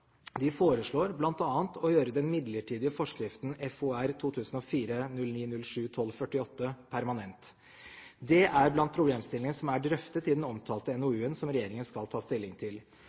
De foreslår bl.a. å gjøre den midlertidige forskriften FOR-2004–09-07-1248 permanent. Det er blant problemstillingene som er drøftet i den omtalte NOU-en, som regjeringen skal ta stilling til.